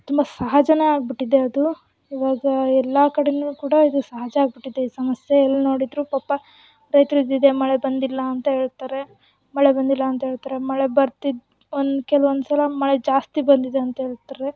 ತುಂಬ ಸಹಜವೇ ಆಗಿಬಿಟ್ಟಿದೆ ಅದು ಇವಾಗ ಎಲ್ಲ ಕಡೇನೂ ಕೂಡ ಇದು ಸಹಜ ಆಗಿಬಿಟ್ಟಿದೆ ಈ ಸಮಸ್ಯೆ ಎಲ್ಲಿ ನೋಡಿದ್ರೂ ಪಾಪ ರೈತ್ರದ್ದು ಇದೆ ಮಳೆ ಬಂದಿಲ್ಲ ಅಂತ ಹೇಳ್ತಾರೆ ಮಳೆ ಬಂದಿಲ್ಲ ಅಂತ ಹೇಳ್ತಾರೆ ಮಳೆ ಬರ್ತಿದ್ದ ಒಂದು ಕೆಲ್ವೊಂದು ಸಲ ಮಳೆ ಜಾಸ್ತಿ ಬಂದಿದೆ ಅಂತ ಹೇಳ್ತಾರೆ